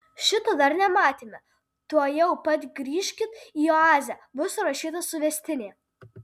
šito dar nematėme tuojau pat grįžkit į oazę bus surašyta suvestinė